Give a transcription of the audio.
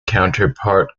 counterpart